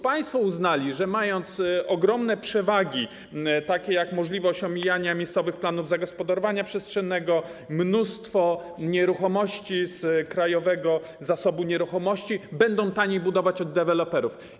Państwo uznali, że mając ogromną przewagę jak możliwość omijania miejscowych planów zagospodarowania przestrzennego, mnóstwo nieruchomości z Krajowego Zasobu Nieruchomości, będą budować taniej od deweloperów.